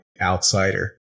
outsider